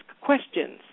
questions